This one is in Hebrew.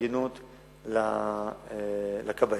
התארגנות לכבאים.